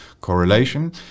correlation